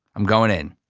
i'm going in